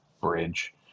bridge